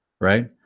right